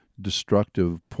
destructive